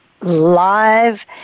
live